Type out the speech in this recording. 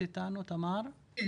אם